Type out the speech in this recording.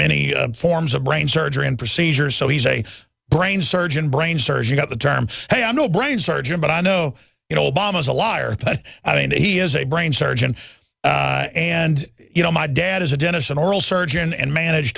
many forms of brain surgery and procedures so he's a brain surgeon brain surgeon got the term hey i'm no brain surgeon but i know you know obama's a liar but i mean he is a brain surgeon and you know my dad is a dentist and oral surgeon and manage